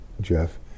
Jeff